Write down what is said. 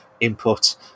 input